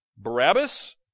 Barabbas